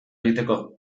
egiteko